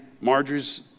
Marjorie's